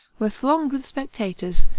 were thronged with spectators,